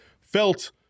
felt